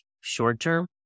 short-term